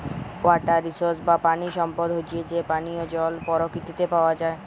water resource বা পানি সম্পদ হচ্যে যে পানিয় জল পরকিতিতে পাওয়া যায়